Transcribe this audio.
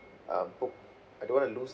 uh book I don't want to lose